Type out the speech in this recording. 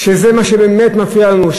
שהוא מה שבאמת מפריע לנו,